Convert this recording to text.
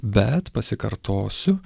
bet pasikartosiu